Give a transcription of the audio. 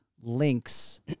links